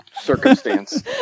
circumstance